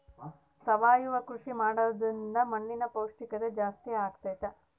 ಸಾವಯವ ಕೃಷಿ ಮಾಡೋದ್ರಿಂದ ಮಣ್ಣಿನ ಪೌಷ್ಠಿಕತೆ ಜಾಸ್ತಿ ಆಗ್ತೈತಾ?